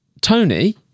Tony